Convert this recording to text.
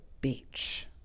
beach